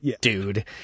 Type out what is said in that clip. dude